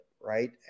Right